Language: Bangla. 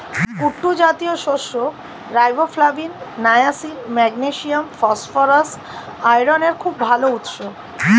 কুট্টু জাতীয় শস্য রাইবোফ্লাভিন, নায়াসিন, ম্যাগনেসিয়াম, ফসফরাস, আয়রনের খুব ভাল উৎস